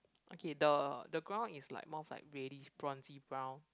okay the the ground is like more of like reddish bronzy brown